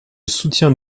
soutiens